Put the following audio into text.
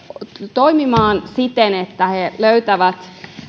toimimaan siten että he löytävät